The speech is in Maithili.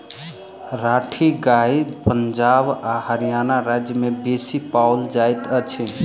राठी गाय पंजाब आ हरयाणा राज्य में बेसी पाओल जाइत अछि